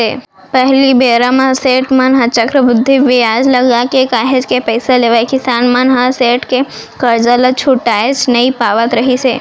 पहिली बेरा म सेठ मन ह चक्रबृद्धि बियाज लगाके काहेच के पइसा लेवय किसान मन ह सेठ के करजा ल छुटाएच नइ पावत रिहिस हे